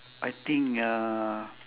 I think uh